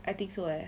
I think so eh